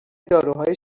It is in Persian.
داروهای